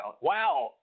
wow